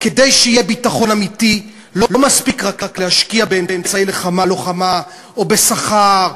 כדי שיהיה ביטחון אמיתי לא מספיק רק להשקיע באמצעי לוחמה או בשכר,